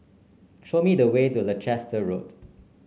show me the way to Leicester Road